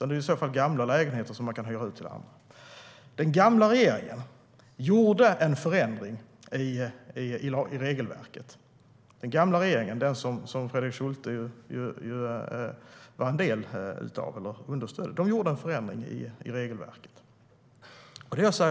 Det är i så fall gamla lägenheter som kan hyras ut i andra hand. Den gamla regeringen - som Fredrik Schulte understödde - genomförde en förändring i regelverket.